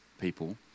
people